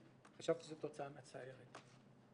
חשבתי שזו תוצאה מצערת.